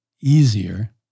easier